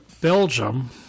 Belgium